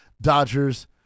Dodgers